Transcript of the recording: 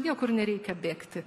niekur nereikia bėgti